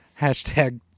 Hashtag